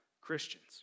Christians